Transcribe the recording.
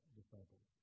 disciples